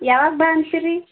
ಯಾವಾಗ ಬಾ ಅಂತೀರಿ